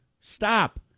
stop